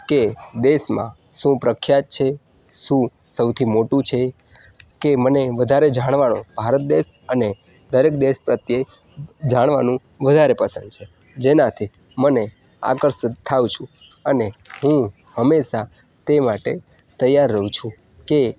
કે દેશમાં શું પ્રખ્યાત છે શું સૌથી મોટું છે કે મને વધારે જાણ વાળો ભારત દેશ અને દરેક દેશ પ્રત્યે જાણવાનુ વધારે પસંદ છે જેનાંથી મને આકર્ષિત થાઉં છું અને હું હંમેશા તે માટે તૈયાર રહું છું કે